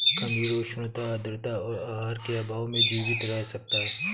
खमीर उष्णता आद्रता और आहार के अभाव में जीवित रह सकता है